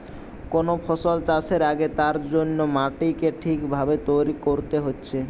কোন ফসল চাষের আগে তার জন্যে মাটিকে ঠিক ভাবে তৈরী কোরতে হচ্ছে